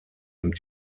nimmt